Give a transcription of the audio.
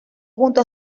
junto